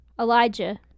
Elijah